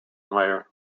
layer